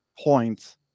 points